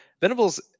Venables